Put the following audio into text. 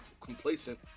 complacent